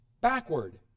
backward